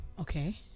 okay